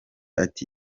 ati